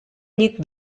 llit